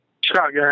shotgun